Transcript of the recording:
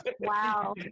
Wow